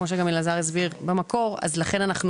כמו שגם אלעזר הסביר במקור אז לכן אנחנו